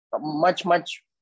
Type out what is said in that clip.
much-much